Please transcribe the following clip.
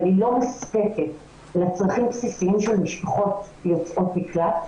אבל היא לא מספקת לצרכים הבסיסיים של משפחות יוצאות מקלט,